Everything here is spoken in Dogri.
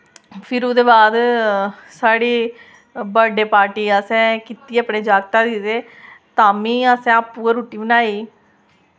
फिर ओह्दे बाद साढ़ी बर्डे पार्टी असें कीती अपने जागता दी ते ताम्मीं असें आपें गै रुट्टी बनाई